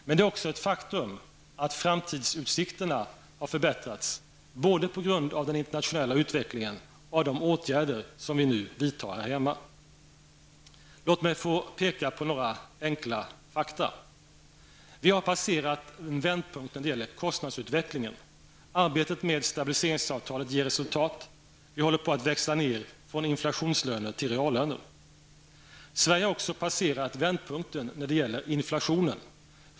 Men det är också ett faktum att framtidsutsikterna har förbättrats både på grund av den internationella utvecklingen och på grund av de åtgärder som vi nu vidtar här hemma. Låt mig få peka på några enkla fakta. -- Vi har passerat en vändpunkt när det gäller kostnadsutveckling. Arbetet med stabiliseringsavtalet ger resultat. Vi håller på att växla ned från inflationslöner till reallöner. -- Sverige har också passerat vändpunkten när det gäller inflationen.